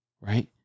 right